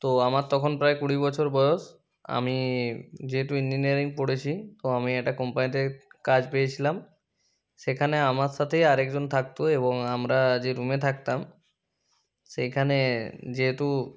তো আমার তখন প্রায় কুড়ি বছর বয়স আমি যেহেতু ইঞ্জিনিয়ারিং পড়েছি তো আমি একটা কোম্পানিতে কাজ পেয়েছিলাম সেখানে আমার সাথেই আর একজন থাকত এবং আমরা যে রুমে থাকতাম সেখানে যেহেতু